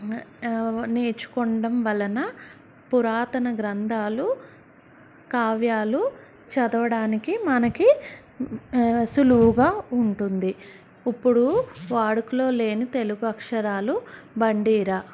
నేర్చుకోవడం వలన పురాతన గ్రంథాలు కావ్యాలు చదవడానికి మనకి సులువుగా ఉంటుంది ఇప్పుడు వాడుకలో లేని తెలుగు అక్షరాలు బండి ఱ